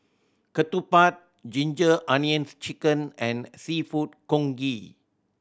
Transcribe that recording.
ketupat Ginger Onions Chicken and Seafood Congee